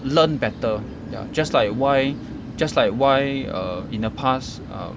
learn better ya just like why just like why err in the past um